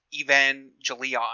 Evangelion